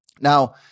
Now